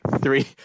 three